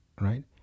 right